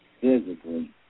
Physically